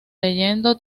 leyendo